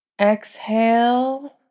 exhale